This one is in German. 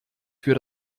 für